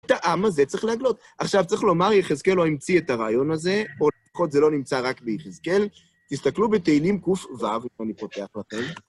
את העם הזה צריך להגלות. עכשיו צריך לומר, יחזקאל לא המציא את הרעיון הזה, או לפחות זה לא נמצא רק ביחזקאל. תסתכלו בתהילים ק"ו, אם אני פותח לכם.